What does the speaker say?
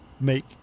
make